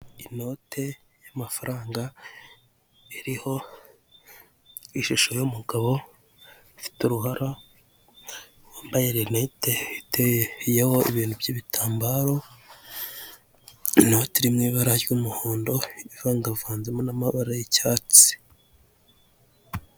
Inote y'amafaranga iriho ishusho y'umugabo ufite uruhara wambaye lunette iteyeho ibintu by'ibitambaro inote iri mu ibara ry'umuhondo ivangavanzemo n'amabara y'icyatsi.